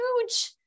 huge